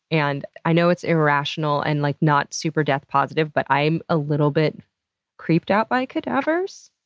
and i know it's irrational and like not super death positive, but i'm a little bit creeped out by cadavers.